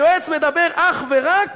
היועץ מדבר אך ורק